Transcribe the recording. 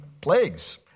plagues